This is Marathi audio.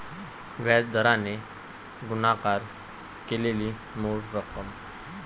व्याज दराने गुणाकार केलेली मूळ रक्कम